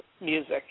music